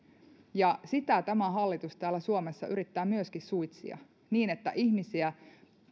ja sitä tämä hallitus täällä suomessa yrittää myöskin suitsia niin että ihmisiä